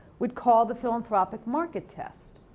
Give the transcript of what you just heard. would call the philanthropic market test.